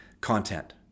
content